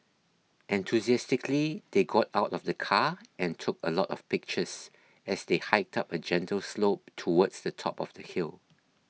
enthusiastically they got out of the car and took a lot of pictures as they hiked up a gentle slope towards the top of the hill